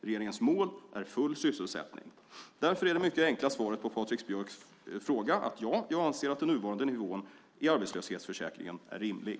Regeringens mål är full sysselsättning. Därför är det mycket enkla svaret på Patrik Björcks fråga: Ja, jag anser att den nuvarande nivån i arbetslöshetsförsäkringen är rimlig.